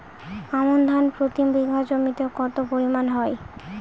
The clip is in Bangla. আমন ধান প্রতি বিঘা জমিতে কতো পরিমাণ হয়?